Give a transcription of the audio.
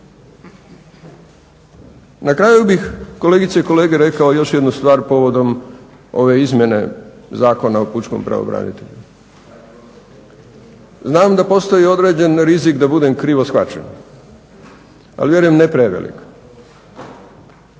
Na kraju bih kolegice i kolege rekao još jednu stvar povodom ove izmjene Zakona o pučkom pravobranitelju. Znam da postoji određen rizik da budem krivo shvaćen, ali vjerujem ne prevelik.